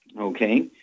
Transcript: okay